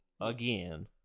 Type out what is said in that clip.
again